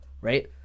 right